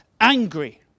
angry